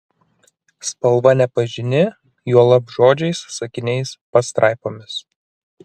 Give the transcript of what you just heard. spalva nepažini juolab žodžiais sakiniais pastraipomis